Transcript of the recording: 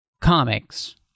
comics